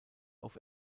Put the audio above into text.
auf